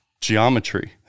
geometry